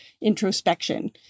introspection